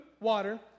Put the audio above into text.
water